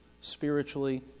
spiritually